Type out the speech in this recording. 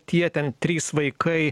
tie ten trys vaikai